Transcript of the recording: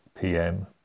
PM